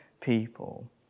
people